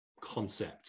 concept